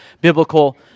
biblical